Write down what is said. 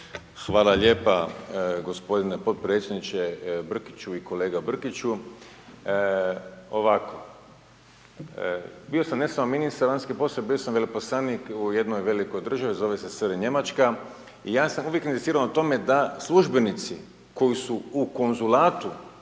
Hvala lijepa gospodine potpredsjedniče Brkiću i kolega Brkiću. Ovako bio sam ne samo ministar vanjskih poslova, bio sam veleposlanik u jednoj velikoj državi, zove se SR Njemačka i ja sam uvijek inzistirao na tome da službenici koji su u konzulatu